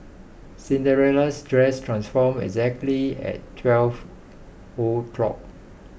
Cinderella's dress transformed exactly at twelve o'clock